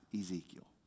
Ezekiel